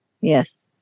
yes